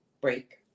Break